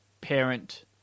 parent